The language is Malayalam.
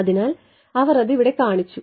അതിനാൽ അവർ അത് ഇവിടെ കാണിച്ചു